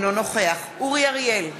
אינו נוכח אורי אריאל,